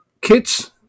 kits